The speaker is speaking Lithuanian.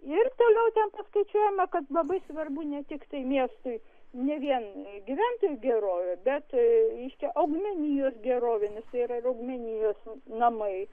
ir toliau ten paskaičiuojama kad labai svarbu ne tiktai miestui ne vien gyventojų gerovė bet reiškia augmenijos gerovė nes yra ir augmenijos namai